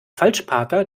falschparker